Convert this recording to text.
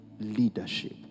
leadership